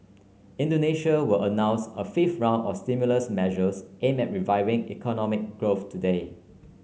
Indonesia will announce a fifth round of stimulus measures aim at reviving economic growth today